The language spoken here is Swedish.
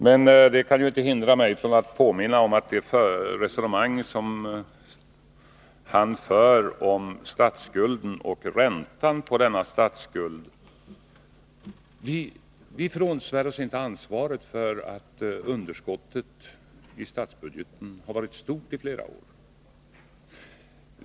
Men det hindrar inte mig från att påminna om det resonemang som Olof Palme för om statsskulden och räntan på denna. Vi frånsvär oss inte ansvaret för att underskottet i statsbudgeten har varit stort i flera år.